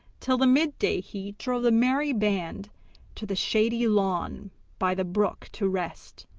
till the midday heat drove the merry band to the shady lawn by the brook to rest,